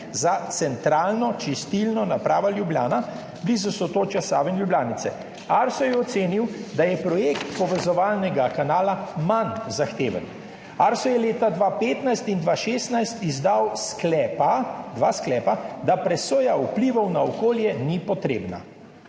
za centralno čistilno napravo Ljubljana blizu sotočja Save in Ljubljanice. Arso je ocenil, da je projekt povezovalnega kanala manj zahteven. Arso je leta 2015 in 2016 izdal sklepa, dva sklepa, da presoja vplivov na okolje ni potrebna.